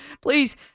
Please